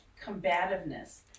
combativeness